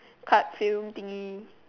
card film thingy